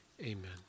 Amen